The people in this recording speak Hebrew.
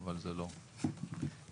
בבקשה.